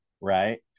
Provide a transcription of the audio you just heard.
right